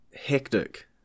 hectic